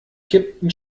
kippten